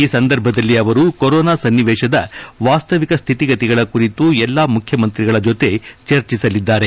ಈ ಸಂದರ್ಭದಲ್ಲಿ ಅವರು ಕೊರೊನಾ ಸನ್ನವೇಶದ ವಾಸ್ತವಿಕದ ಸ್ವಿತಿಗತಿಗಳ ಕುರಿತು ಎಲ್ಲಾ ಮುಖ್ಯಮಂತ್ರಿಗಳ ಜೊತೆ ಚರ್ಚಿಸಲಿದ್ದಾರೆ